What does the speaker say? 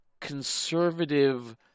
conservative